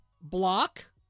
block